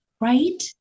Right